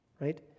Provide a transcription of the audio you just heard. right